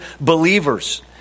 believers